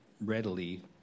readily